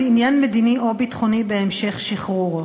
עניין מדיני או ביטחוני בהמשך שחרורו".